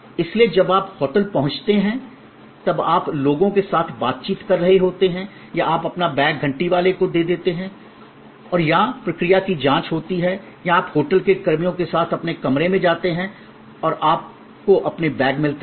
इसलिए जब आप होटल पहुंचते हैं तब आप लोगों के साथ बातचीत कर रहे होते हैं या आप अपना बैग घंटी वाले को दे देते हैं या प्रक्रिया की जाँच होती है या आप होटल के कर्मियों के साथ अपने कमरे में जाते हैं और आपको अपने बैग मिलते हैं